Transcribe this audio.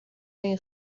این